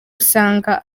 usanga